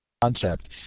concept